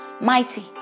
Mighty